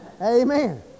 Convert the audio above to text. Amen